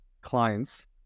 clients